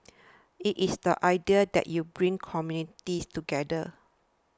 it is the idea that you bring communities together